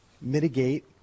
mitigate